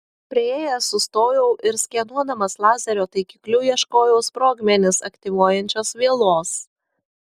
priėjęs sustojau ir skenuodamas lazerio taikikliu ieškojau sprogmenis aktyvuojančios vielos